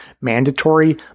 mandatory